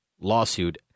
lawsuit